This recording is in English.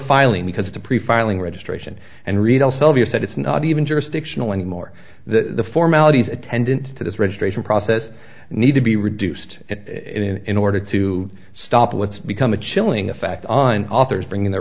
filing because the pre filing registration and reed elsevier said it's not even jurisdictional anymore the formalities attendant to this registration process need to be reduced in order to stop what's become a chilling effect on authors bringing their